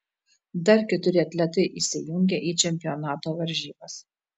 dar keturi atletai įsijungia į čempionato varžybas